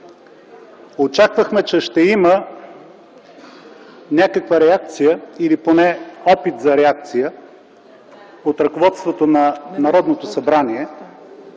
Очаквахме, че ще има някаква реакция или поне опит за реакция от ръководството на Народното събрание